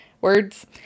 words